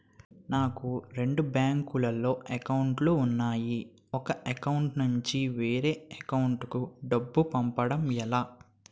నాకు రెండు బ్యాంక్ లో లో అకౌంట్ లు ఉన్నాయి ఒక అకౌంట్ నుంచి వేరే అకౌంట్ కు డబ్బు పంపడం ఎలా?